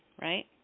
right